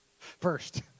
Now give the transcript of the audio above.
First